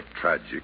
tragic